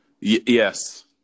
yes